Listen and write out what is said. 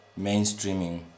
mainstreaming